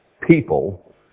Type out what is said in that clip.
people